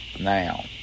Now